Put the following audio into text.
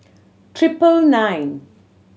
treble nine